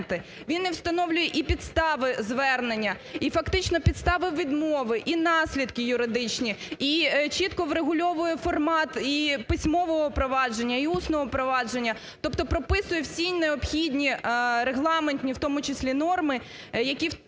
Він встановлює і підстави звернення, і фактично підстави відмови, і наслідки юридичні, і чітко врегульовує формат і письмового провадження, і усного провадження, тобто прописує всі необхідні регламентні в тому числі норми, які в тому